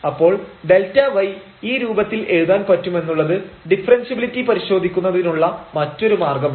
അപ്പോൾ Δy ഈ രൂപത്തിൽ എഴുതാൻ പറ്റുമെന്നുള്ളത് ഡിഫറെൻഷ്യബിലിറ്റി പരിശോധിക്കുന്നതിനുള്ള മറ്റൊരു മാർഗ്ഗമാണ്